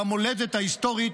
במולדת ההיסטורית,